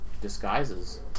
disguises